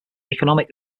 economic